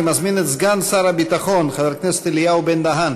אני מזמין את סגן שר הביטחון חבר הכנסת אליהו בן-דהן